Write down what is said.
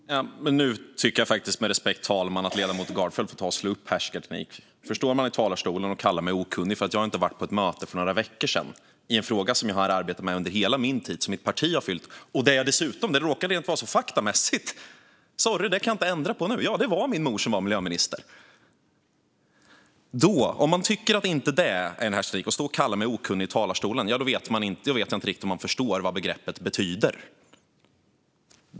Fru talman! Nu tycker jag faktiskt, med respekt, att ledamoten Gardfjell får ta och slå upp härskarteknik. Man står i talarstolen och kallar mig okunnig för att jag inte varit på ett möte för några veckor sedan, i en fråga som jag arbetat med under hela min tid och som mitt parti har uppfyllt. Det råkar också vara så rent faktamässigt - sorry, det kan jag inte ändra på nu - att det var min mor som var miljöminister då. Om man inte tycker att det är en härskarteknik att stå i talarstolen och kalla mig okunnig, ja, då vet jag inte riktigt om man förstår vad begreppet betyder.